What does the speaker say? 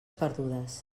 perdudes